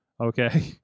Okay